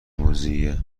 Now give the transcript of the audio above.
موذیه